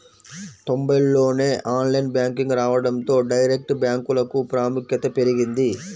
తొంబైల్లోనే online banking రావడంతో direct బ్యాంకులకు ప్రాముఖ్యత పెరిగింది